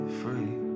free